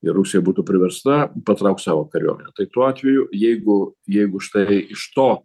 ir rusija būtų priversta patraukt savo kariuomenę tai tuo atveju jeigu jeigu štai iš to